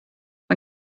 mae